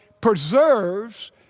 preserves